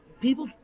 people